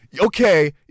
Okay